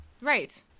Right